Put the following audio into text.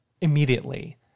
immediately